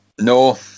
No